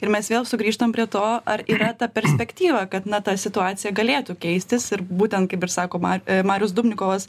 ir mes vėl sugrįžtam prie to ar yra ta perspektyva kad na ta situacija galėtų keistis ir būtent kaip ir sakoma marius dubnikovas